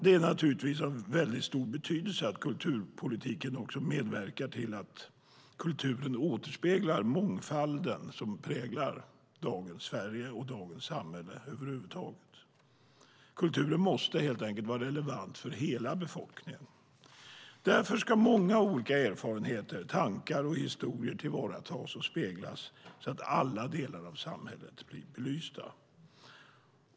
Det är naturligtvis av mycket stor betydelse att kulturpolitiken medverkar till att kulturen återspeglar den mångfald som präglar dagens Sverige och dagens samhälle över huvud taget. Kulturen måste helt enkelt vara relevant för hela befolkningen. Därför ska många olika erfarenheter, tankar och historier tillvaratas och speglas så att alla delar av samhället blir belysta.